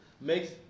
makes